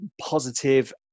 positive